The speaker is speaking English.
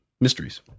mysteries